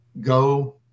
go